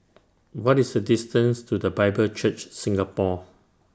What IS The distance to The Bible Church Singapore